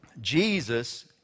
Jesus